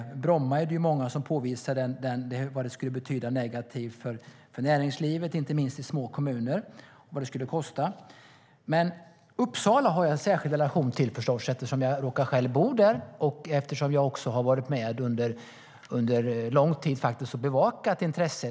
När det gäller Bromma är det många som påvisar vad det skulle betyda negativt för näringslivet, inte minst i små kommuner, och vad det skulle kosta. Jag har förstås en särskild relation till Uppsala, eftersom jag råkar bo där och eftersom jag under en lång tid har varit med och bevakat intresset.